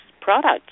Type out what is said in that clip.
products